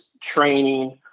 training